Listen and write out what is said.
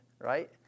Right